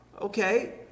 Okay